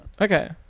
Okay